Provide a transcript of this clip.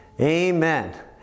Amen